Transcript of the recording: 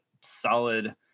solid